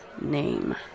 name